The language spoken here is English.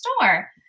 store